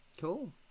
cool